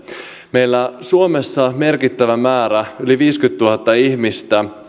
meillä suomessa merkittävä määrä yli viisikymmentätuhatta ihmistä